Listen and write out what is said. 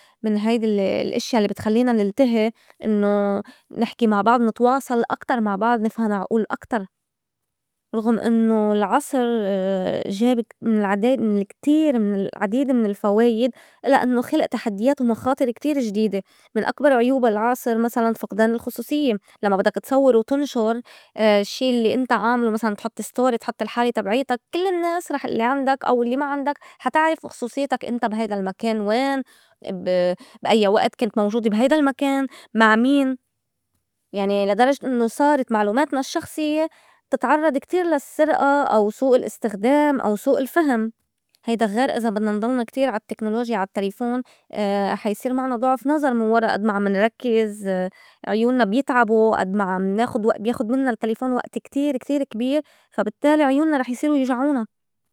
من هيدي ال- الإشيا الّي بتخلّينا نلتهي إنّو نحكي مع بعض نتواصل أكتر مع بعض نفهم عقول أكتر رُغم إنّو العصر جابك من العدايد من الكتير من العديد من الفوايد إلّا إنّو خلق تحديات ومخاطر كتير جديدة. من أكبر عيوب العصر مسلاً فقدان الخصوصيّة لمّا بدّك تصوّر وتنشُر شي الّي أنت عاملو مسلاً تحُط story تحُط الحالة تبعيتك كل النّاس رح الّي عندك أو اللّي ما عندك حا تعرف خصوصيتك، انت بهيدا المكان وين ب- بأي وقت كنت موجود بهيدا المكان، مع مين. يعني لا درجة إنّو صارت معلوماتنا الشخصيّة بتتعرّض كتير للسّرقة أو سوء الاستخدام أو سوء الفهم، هيدا غير إذا بدنا نضلنا كتير عال تكنولوجيا عال تليفون حا يصير معنا ضُعف نظر من ورا أد ما عم نركّز عيونّا بيتعبو أد ما عم ناخُد وئ- بياخُد منّا التلفون وقت كتير- كتير كبير فا بالتّالي عيونّا رح يصيروا يوجعونا.